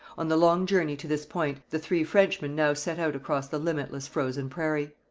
on the long journey to this point the three frenchmen now set out across the limitless frozen prairie.